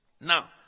Now